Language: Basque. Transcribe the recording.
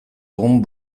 egun